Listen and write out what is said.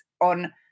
on